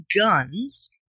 guns